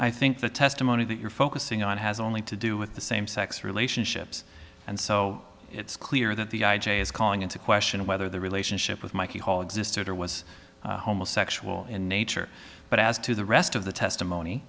i think the testimony that you're focusing on has only to do with the same sex relationships and so it's clear that the i g is calling into question whether the relationship with mikey hall existed or was homosexual in nature but as to the rest of the testimony